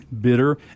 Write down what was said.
bitter